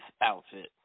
outfit